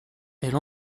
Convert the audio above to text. elle